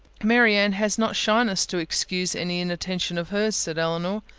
marianne has not shyness to excuse any inattention of hers, said elinor.